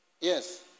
Yes